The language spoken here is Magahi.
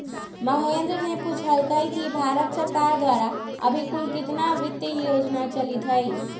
महेंद्र ने पूछल कई कि भारत सरकार द्वारा अभी कुल कितना वित्त योजना चलीत हई?